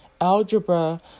algebra